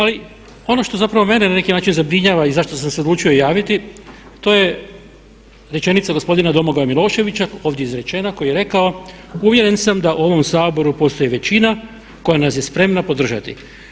Ali ono što zapravo mene na neki način zabrinjava i zašto sam se odlučio javiti to je rečenica gospodina Domagoja Miloševića ovdje izrečena koji je rekao: „Uvjeren sam da u ovom Saboru postoji većina koja nas je spremna podržati“